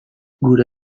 gure